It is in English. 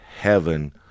heaven